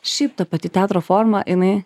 šiaip ta pati teatro forma jinai